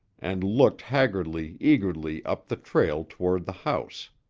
and looked haggardly, eagerly, up the trail toward the house.